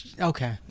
Okay